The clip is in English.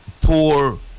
poor